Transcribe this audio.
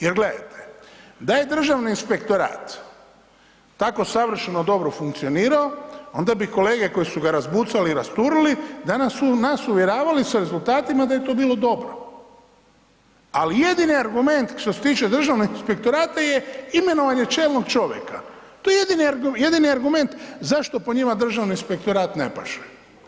Jer gledajte da je Državni inspektorat tako savršeno dobro funkcionirao onda bi kolege koje su ga razbucali i rasturili danas tu nas uvjeravali sa rezultatima da je to bilo dobro, ali jedini argument što se tiče Državnog inspektorata je imenovanje čelnog čovjeka, to je jedini argument zašto po njima Državni inspektorat ne paše.